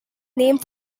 named